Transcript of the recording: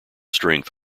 strength